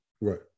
Right